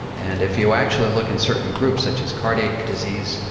and if you actually look in certain groups such as cardiac disease,